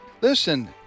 listen